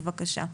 בבקשה.